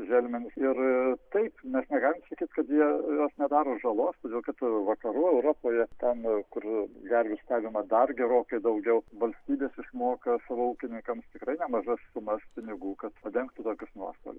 želmenis ir taip mes negalim sakyt kad jie jos nedaro žalos todėl kad vakarų europoje ten kur gervių stebima dar gerokai daugiau valstybės išmoka savo ūkininkams tikrai nemažas sumas pinigų kad padengtų tokius nuostolius